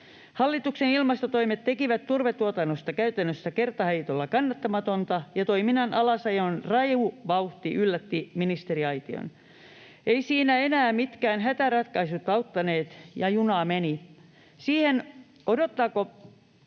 Hallituksen ilmastotoimet tekivät turvetuotannosta käytännössä kertaheitolla kannattamatonta, ja toiminnan alasajon raju vauhti yllätti ministeriaition. Eivät siinä enää mitkään hätäratkaisut auttaneet, ja juna meni. Siihen, odottaako